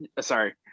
Sorry